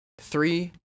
three